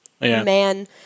man